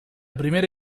primera